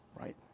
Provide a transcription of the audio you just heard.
right